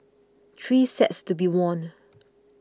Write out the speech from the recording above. three sets to be won